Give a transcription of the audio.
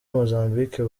mozambique